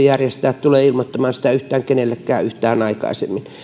järjestää tulee ilmoittamaan siitä yhtään kenellekään yhtään aikaisemmin